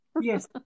Yes